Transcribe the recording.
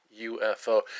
UFO